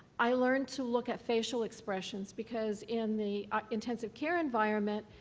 i learned to look at facial expressions because in the intensive care environment,